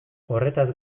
horretaz